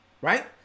Right